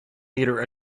meter